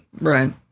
right